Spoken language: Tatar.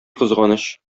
кызганыч